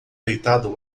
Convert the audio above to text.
deitado